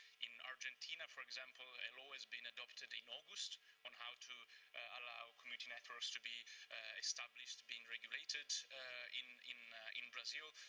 in argentina, for example, a law has been adopted in august on how to allow community networks to be established, being regulated in in brazil,